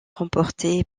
remporté